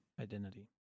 identity